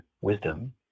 wisdom